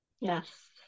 Yes